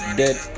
dead